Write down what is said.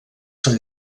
són